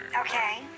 Okay